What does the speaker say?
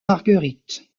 marguerite